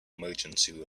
emergency